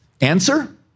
Answer